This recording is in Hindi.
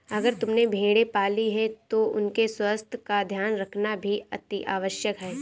अगर तुमने भेड़ें पाली हैं तो उनके स्वास्थ्य का ध्यान रखना भी अतिआवश्यक है